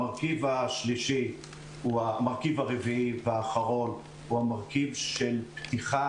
המרכיב הרביעי והאחרון הוא המרכיב של פתיחה